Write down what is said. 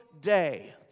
day